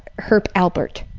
herb albert,